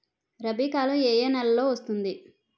రబీ కాలం ఏ ఏ నెలలో వస్తుంది?